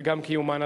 וגם קיומן.